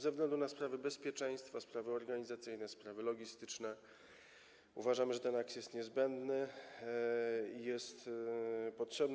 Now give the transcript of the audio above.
Ze względu na sprawy bezpieczeństwa, sprawy organizacyjne, sprawy logistyczne uważamy, że ten akces jest niezbędny i jest potrzebny.